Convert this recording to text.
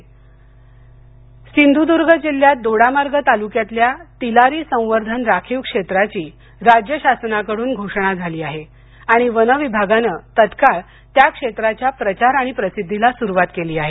तिलारी संवर्धन सिंधुद्ग सिंधुदूर्ग जिल्ह्यात दोडामार्ग तालुक्यातल्या तिलारी संवर्धन राखीव क्षेत्राची राज्य शासनाकडून घोषणा झाली आणि वनविभागान तत्काळ त्या क्षेत्राच्या प्रचार आणि प्रसिद्धीला सुरवात केली आहे